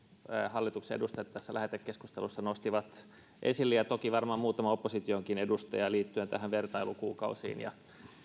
hallituksen edustajat tässä lähetekeskustelussa nostivat esille ja toki varmaan muutama oppositionkin edustaja liittyen näihin vertailukuukausiin ja